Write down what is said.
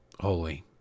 holy